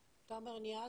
שלום.